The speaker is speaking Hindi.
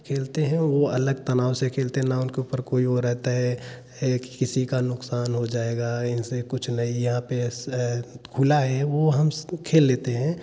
खेलते हैं वह अलग तनाव से खेलते हैं ना उनके ऊपर कोई वह रहता है की किसी का नुकसान हो जाएगा ऐसे कुछ नहीं यहाँ पर खुला है वह हम खेल लेते हैं